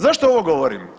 Zašto ovo govorim?